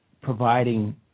providing